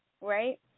Right